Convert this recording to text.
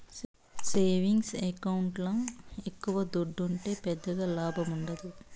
savings ఎకౌంట్ల ఎక్కవ దుడ్డుంటే పెద్దగా లాభముండదు